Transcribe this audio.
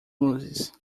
luzes